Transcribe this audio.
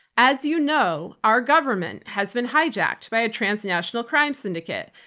as you know, our government has been hijacked by a transnational crime syndicate,